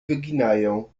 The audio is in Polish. wyginają